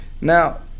Now